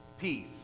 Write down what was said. peace